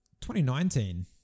2019